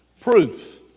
Proof